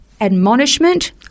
admonishment